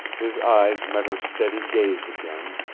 his eyes met her steady gaze again,